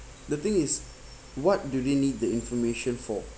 the thing is what do they need the information for